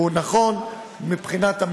והוא נכון למדינה.